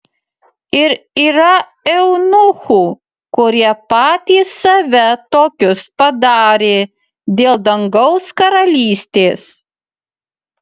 ir yra eunuchų kurie patys save tokius padarė dėl dangaus karalystės